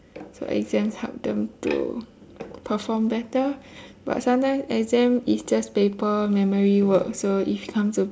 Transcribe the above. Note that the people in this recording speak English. so exams help them to perform better but sometime exam is just paper memory work so if comes to